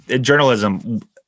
journalism